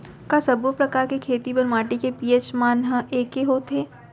का सब्बो प्रकार के खेती बर माटी के पी.एच मान ह एकै होथे?